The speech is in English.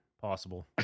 possible